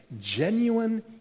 genuine